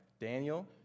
Daniel